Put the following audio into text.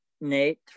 Nate